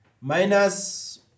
minus